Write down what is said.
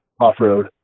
off-road